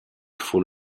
full